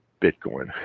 Bitcoin